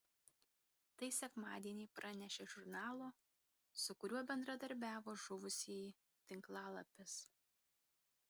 tai sekmadienį pranešė žurnalo su kuriuo bendradarbiavo žuvusieji tinklalapis